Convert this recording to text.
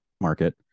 market